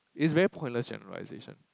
is very pointless generalization